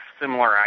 similar